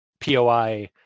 POI